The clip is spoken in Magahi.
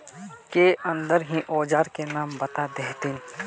के अंदर ही औजार के नाम बता देतहिन?